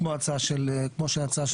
כמו ההצעה של היו"ר,